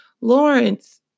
Lawrence